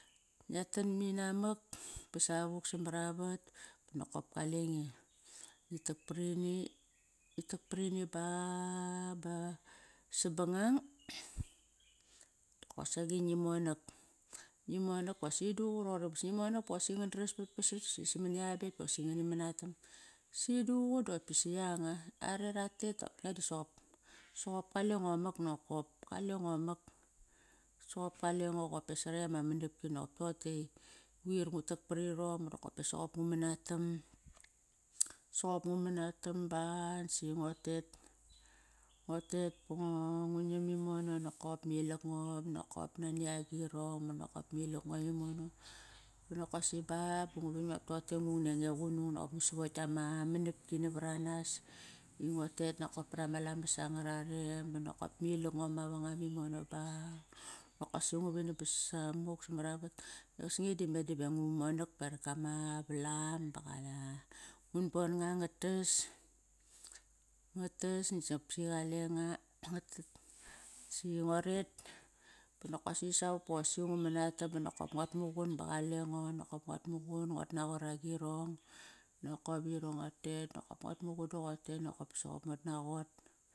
Ngia tan nainamak ba savuk samaravat nokop kalenge. Ngi tak par ini, ngi tak parini ba, ba sabangang doqosaqi ngi monak. Ngi monak bosi duququ roqori bosi ngi monak bosaqi ngan dras, ba vapasat si samani a bet boqosi ngani manatam. Si duququ doposi yanga. Are ratet soqop kalengo mak nokop kalengo mak soqop kalengo qopa sarekt ama manapki nokop toqotei quir ngu tak pari rong bonokop sop ngu manatam Soqop ngu manatam ba nasi ngua tet, ngotet ba ngu nam imono nokop, ma ilak ngo ba nokop nani agirong ba nokop ma ilak ngo imono. Nokosi ba bu ngu vinam dotei ngut nenge qunung, nokop ngu savokt tama manapki navaranas ingo tet nakop parama lamas angararem ba nokop ma ilak ngo mavangam imono ba bokosi ngu vinam ba sasa muk samar avat. Osni di meda ngu monak berak ama valam. Ngun bon nga nga tas, nga tas si qaleng nga, si ngo ret ba nokop si savuk iva ngu manatam ba nokop nguat muqun nguat naqor agirong nakop, irong nga tet nokop nguat muqun doqote nokop soqop nguat naqot.